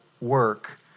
work